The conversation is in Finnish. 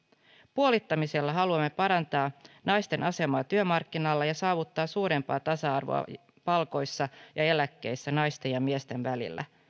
puolittamisella haluamme parantaa naisten asemaa työmarkkinoilla ja saavuttaa suurempaa tasa arvoa palkoissa ja eläkkeissä naisten ja miesten välillä